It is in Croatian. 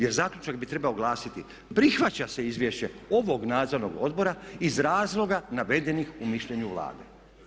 Jer zaključak bi trebao glasiti „Prihvaća se izvješće ovog nadzornog odbora iz razloga navedenih u mišljenju Vlade“